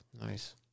Nice